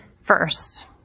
first